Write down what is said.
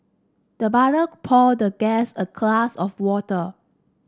the butler poured the guest a glass of water